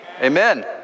Amen